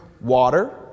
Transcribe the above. water